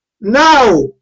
Now